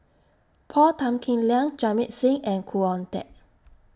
Paul Tan Kim Liang Jamit Singh and Khoo Oon Teik